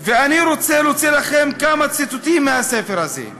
ואני רוצה להוציא לכם כמה ציטוטים מהספר הזה.